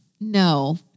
No